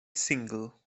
single